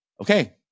Okay